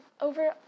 over